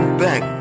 back